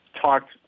talked